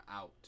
out